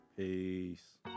Peace